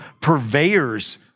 purveyors